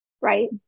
right